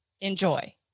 enjoy